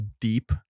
deep